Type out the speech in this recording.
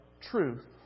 truth